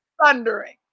thundering